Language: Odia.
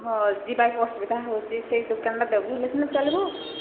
ହଁ ଯିବାକୁ ଅସୁବିଧା ହେଉଛି ସେଇ ଦୋକାନଟା ଦେବୁ ସିନା ଚାଲିବ